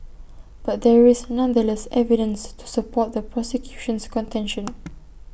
but there is nonetheless evidence to support the prosecution's contention